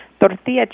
tortilla